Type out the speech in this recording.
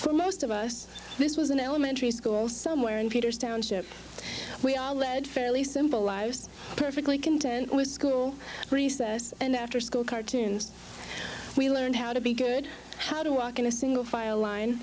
for most of us this was an elementary school somewhere in peter's township fairly simple lives perfectly content with school recess and after school cartoons we learned how to be good how do walk in a single file line